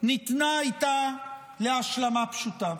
הייתה ניתנת להשלמה פשוטה.